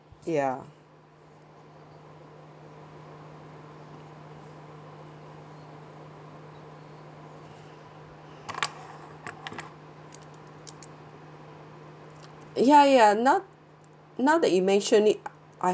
ya ya ya now now that you mention it I